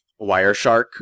Wireshark